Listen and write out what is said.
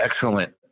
excellent